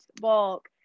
bulk